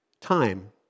time